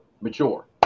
mature